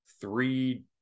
three